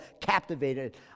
captivated